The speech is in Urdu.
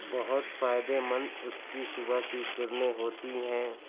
بہت فائدے مند اس کی صبح کی کرنیں ہوتی ہیں